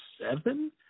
seven